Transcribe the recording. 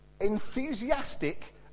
enthusiastic